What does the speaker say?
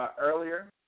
Earlier